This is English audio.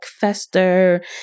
fester